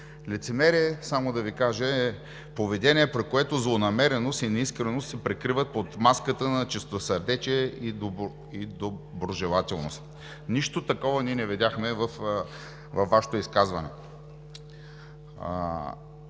Лицемерие, само да Ви кажа, е: поведение, при което злонамереност и неискреност се прикриват под маската на чистосърдечие и доброжелателност. Нищо такова не видяхме във Вашето изказване.